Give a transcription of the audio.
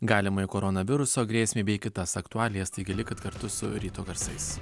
galimai koronaviruso grėsmei bei kitas aktualijas taigi likit kartu su ryto garsais